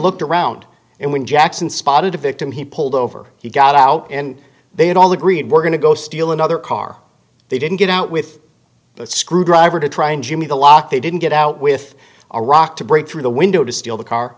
looked around and when jackson spotted a victim he pulled over he got out and they had all agreed we're going to go steal another car they didn't get out with a screwdriver to try and jimmy the lock they didn't get out with a rock to break through the window to steal the car